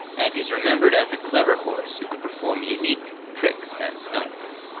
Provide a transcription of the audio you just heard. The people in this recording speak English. and is remembered as a clever horse who could perform unique tricks and stunts.